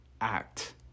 act